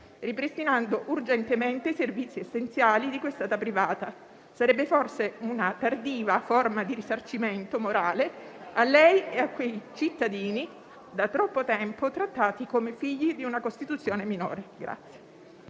ripristinando urgentemente i servizi essenziali di cui è stata privata. Sarebbe forse una tardiva forma di risarcimento morale a lei e a quei cittadini da troppo tempo trattati come figli di una Costituzione minore.